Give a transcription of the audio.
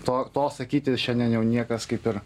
to to sakyti šiandien jau niekas kaip ir